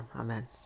Amen